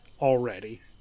Already